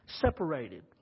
separated